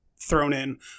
thrown-in